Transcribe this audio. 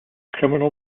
criminal